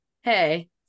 hey